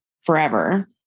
forever